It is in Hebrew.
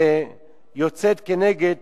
ויוצאת כנגד